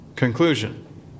Conclusion